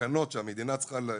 התקנות שהמדינה צריכה להפיק,